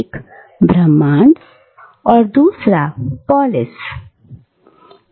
एक ब्रह्मांड है और दूसरा पोलिस है